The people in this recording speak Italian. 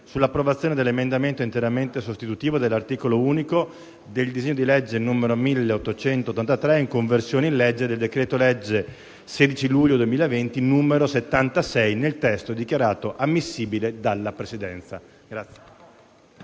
sull'approvazione dell'emendamento interamente sostitutivo dell'articolo unico del disegno di legge n. 1883, di conversione in legge del decreto-legge 16 luglio 2020, n. 76, nel testo dichiarato ammissibile dalla Presidenza.